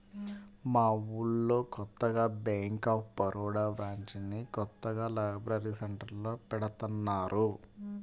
మా ఊళ్ళో కొత్తగా బ్యేంక్ ఆఫ్ బరోడా బ్రాంచిని కొత్తగా లైబ్రరీ సెంటర్లో పెడతన్నారు